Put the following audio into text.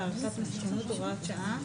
והערכת מסוכנות (הוראת שעה),